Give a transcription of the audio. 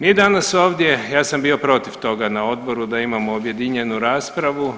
Mi danas ovdje, ja sam bio protiv toga na odboru onda imamo objedinjenu raspravu.